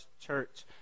church